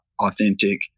authentic